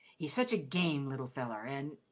he's such a game little feller, an',